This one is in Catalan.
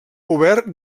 obert